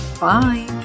Bye